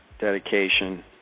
dedication